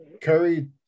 Curry